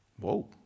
Whoa